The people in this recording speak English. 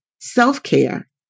self-care